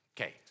Okay